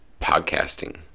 podcasting